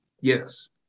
Yes